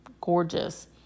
Gorgeous